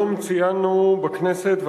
היום ציינו בכנסת,